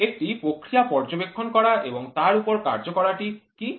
একটি প্রক্রিয়া পর্যবেক্ষণ করা এবং তার উপর কার্য করা টি কি